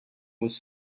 was